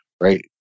Right